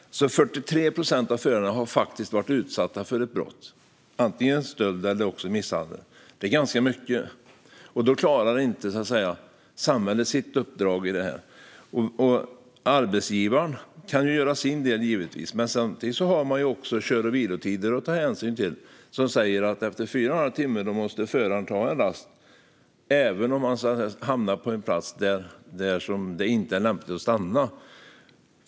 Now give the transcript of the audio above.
43 procent av förarna har faktiskt varit utsatta för ett brott, antingen stöld eller misshandel. Det är ganska många, och då klarar inte samhället sitt uppdrag här. Arbetsgivaren kan givetvis göra sin del. Men samtidigt har man att ta hänsyn till kör och vilotider som säger att efter fyra och en halv timme måste föraren ta en rast, även om han hamnar på en plats där det inte är lämpligt att stanna.